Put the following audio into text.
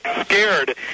scared